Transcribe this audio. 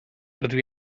rydw